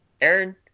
Aaron